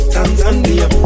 Tanzania